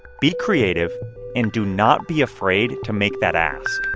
be creative and do not be afraid to make that ask.